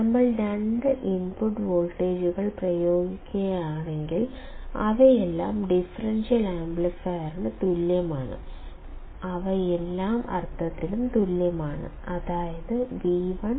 നമ്മൾ രണ്ട് ഇൻപുട്ട് വോൾട്ടേജുകൾ പ്രയോഗിക്കുകയാണെങ്കിൽ അവയെല്ലാം ഡിഫറൻഷ്യൽ ആംപ്ലിഫയറിന് തുല്യമാണ് അവ എല്ലാ അർത്ഥത്തിലും തുല്യമാണ് തുടർന്ന് V1 V2